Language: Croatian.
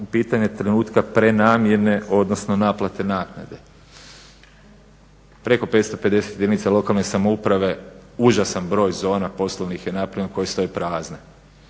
pitanje trenutka prenamjene, odnosno naplate naknade. Preko 550 jedinica lokalne samouprave, užasan broj zona poslovnih je napravljeno koje stoje prazne.